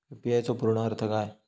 UPI चो पूर्ण अर्थ काय?